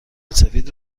سفید